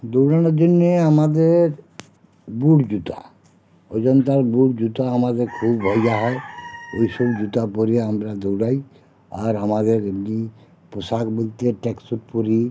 দৌড়ানোর জন্যে আমাদের বুট জুতা অজন্তার বুট জুতা আমাদের খুব ইয়া হয় এইসব জুতা পরে আমরা দৌড়াই আর আমাদের এমনি পোশাক বলতে ট্র্যাকস্যুট পরি